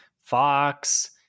Fox